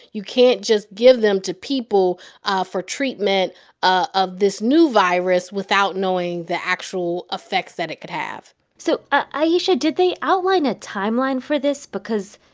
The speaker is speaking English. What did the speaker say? you can't just give them to people ah for treatment of this new virus without knowing the actual effects that it could have so, ayesha, did they outline a timeline for this? because,